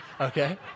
Okay